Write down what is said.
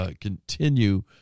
continue